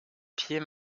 pier